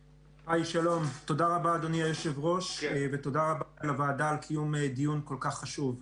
שלום, ותודה רבה על קיום דיון כל כך חשוב.